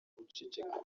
guceceka